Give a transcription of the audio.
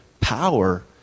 power